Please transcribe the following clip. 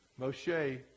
Moshe